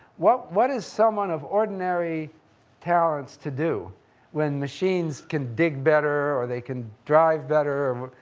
what what is someone of ordinary talents to do when machines can dig better or they can drive better?